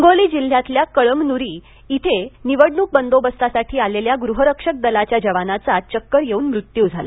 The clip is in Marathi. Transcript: हिंगोली जिल्ह्यातल्या कळमनुरी इथे निवडणुक बंदोबस्तासाठी आलेल्या गृहरक्षक दलाच्या जवानाचा चक्कर येऊन मृत्यू झाला